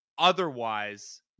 Otherwise